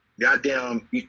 goddamn